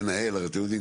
הרי אתם יודעים,